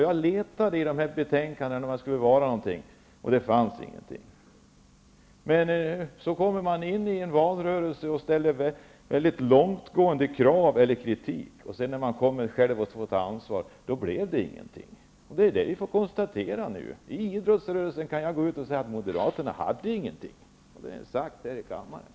Jag har letat i betänkandena för att se vad som fanns där, men det fanns ingenting. I valrörelsen ställer man långtgående krav och framför kritik, men när man sedan själv får ta ansvar blir det ingenting. Det är vad vi kan konstatera nu. Jag kan gå ut till idrottsrörelsen och säga att Moderaterna hade ingenting och att det är konstaterat här i kammaren.